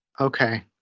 Okay